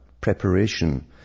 preparation